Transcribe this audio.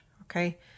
Okay